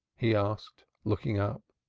he asked, looking up.